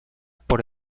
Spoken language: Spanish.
por